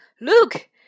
Look